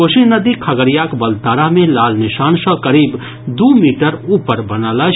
कोसी नदी खगड़ियाक बलतारा मे लाल निशान सँ करीब दू मीटर ऊपर बनल अछि